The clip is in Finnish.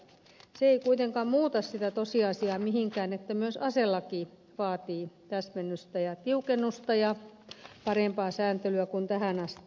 se ei kuitenkaan muuta sitä tosiasiaa mihinkään että myös aselaki vaatii täsmennystä ja tiukennusta ja parempaa sääntelyä kuin tähän asti